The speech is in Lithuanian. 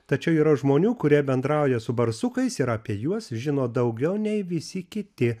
tačiau yra žmonių kurie bendrauja su barsukais ir apie juos žino daugiau nei visi kiti